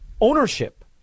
ownership